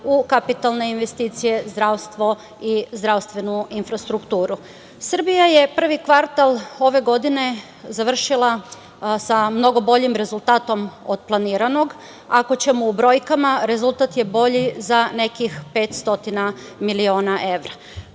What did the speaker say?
u kapitalne investicije, zdravstvo i zdravstvenu infrastrukturu. Srbija je prvi kvartal ove godine završila sa mnogo boljim rezultatom od planiranog. Ako ćemo u brojkama, rezultat je bolji za nekih 500 miliona evra.